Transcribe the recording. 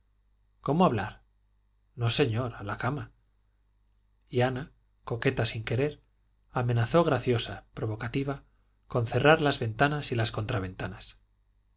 cómo hablar no señor a la cama y ana coqueta sin querer amenazó graciosa provocativa con cerrar las ventanas y las